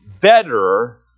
better